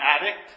addict